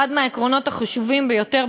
אחד מהעקרונות החשובים ביותר,